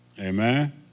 Amen